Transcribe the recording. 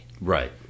Right